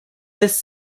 this